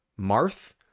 marth